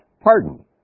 pardon